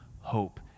hope